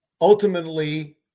ultimately